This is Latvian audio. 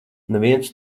neviens